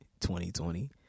2020